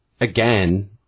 again